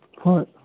ꯍꯣꯏ